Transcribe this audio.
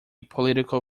political